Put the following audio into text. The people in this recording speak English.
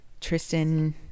Tristan